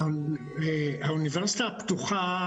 האוניברסיטה הפתוחה